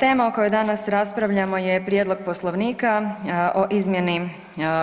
Tema o kojoj danas raspravljamo je prijedlog Poslovnika o izmjeni